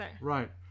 Right